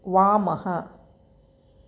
वामः